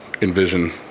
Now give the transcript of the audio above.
envision